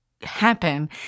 happen